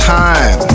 time